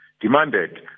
demanded